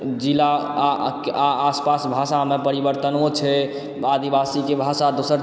जिला आ आसपास भाषामे परिवर्तनो छै आदिवासी के भाषा दोसर छै